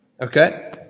Okay